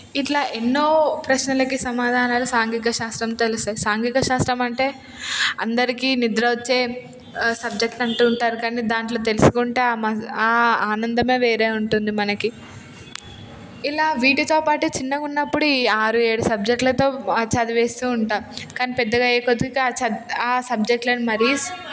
ఇట్లా ఎన్నో ప్రశ్నలకి సమాధానాలు సాంఘిక శాస్త్రం తెలుస్తుంది సాంఘిక శాస్త్రం అంటే అందరికీ నిద్ర వచ్చే సబ్జెక్టు అంటూ ఉంటారు కానీ దాంట్లో తెలుసుకుంటే ఆ ఆనందమే వేరే ఉంటుంది మనకి ఇలా వీటితో పాటు చిన్నగా ఉన్నపుడు ఈ ఆరు ఏడు సబ్జెక్టులతో చదివేస్తూ ఉంటాము కానీ పెద్దగ అయ్యే కొద్దికి ఆ చదువు ఆ సబ్జెక్టులను మరీ